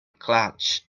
clutch